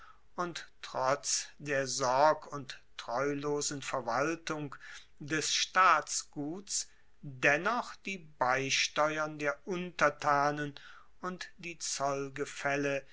und trotz der sorg und treulosen verwaltung des staatsguts dennoch die beisteuern der untertanen und die